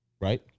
Right